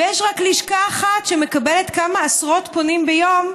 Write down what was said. ויש רק לשכה אחת שמקבלת כמה עשרות פונים ביום,